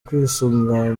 kwisuganya